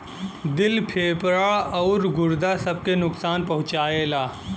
दिल फेफड़ा आउर गुर्दा सब के नुकसान पहुंचाएला